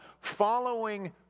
following